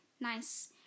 nice